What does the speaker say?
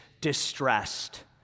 distressed